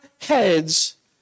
heads